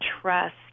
trust